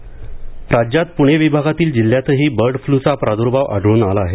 bird flu राज्यात प्रणे विभागातील जिल्ह्यांतही बर्ड फ्लूचा प्रादूर्भाव आढळून आला आहे